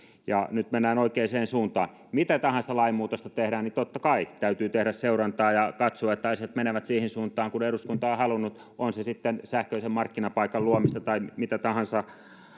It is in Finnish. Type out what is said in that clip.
ja nyt mennään oikeaan suuntaan mitä tahansa lainmuutosta kun tehdään niin totta kai täytyy tehdä seurantaa ja katsoa että asiat menevät siihen suuntaan kuin eduskunta on on halunnut on se sitten sähköisen markkinapaikan luomista tai mitä tahansa